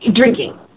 drinking